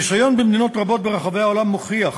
הניסיון במדינות רבות ברחבי העולם מוכיח